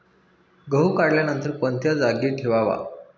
गहू काढल्यानंतर कोणत्या जागी ठेवावा?